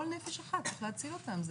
כל נפש אחת, צריך להציל אותם.